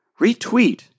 Retweet